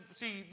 see